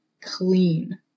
clean